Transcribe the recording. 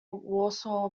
warsaw